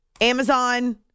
Amazon